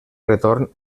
retorn